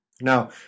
Now